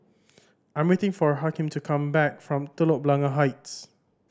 I am waiting for Hakim to come back from Telok Blangah Heights